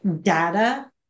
data